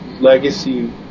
legacy